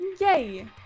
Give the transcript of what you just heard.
Yay